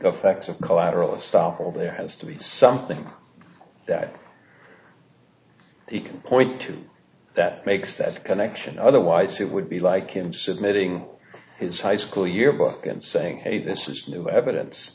effect of collateral estoppel there has to be something that if you can point to that makes that connection otherwise it would be like him submitting his high school yearbook and saying hey this is new evidence